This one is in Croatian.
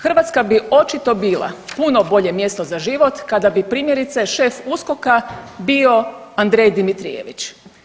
Hrvatska bi očito bila puno bolje mjesto za život kada bi, primjerice, šef USKOK bio Andrej Dimitrijević.